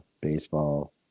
baseball